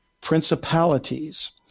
principalities